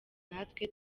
natwe